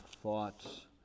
thoughts